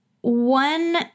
one